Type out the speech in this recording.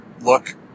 look